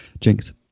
Jinx